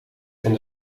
van